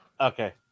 Okay